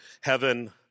heaven